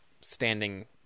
standing